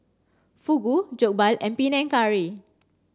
Fugu Jokbal and Panang Curry